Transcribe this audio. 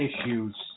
issues